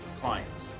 clients